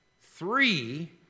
three